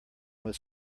was